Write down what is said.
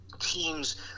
Teams